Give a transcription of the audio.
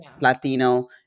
latino